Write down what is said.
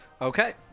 Okay